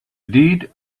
did